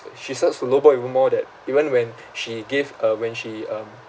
she starts to lowball even more that even when she give a when she um